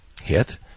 hit